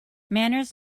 manners